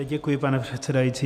Děkuji, pane předsedající.